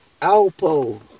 Alpo